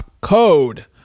code